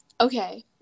Okay